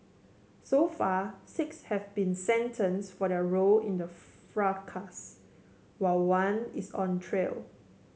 so far six have been sentenced for their role in the fracas while one is on trial